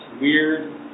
weird